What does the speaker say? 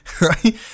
right